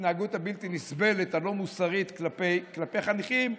ההתנהגות הבלתי-נסבלת, הלא-מוסרית, כלפי חניכים.